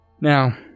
Now